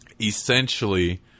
essentially